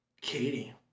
Katie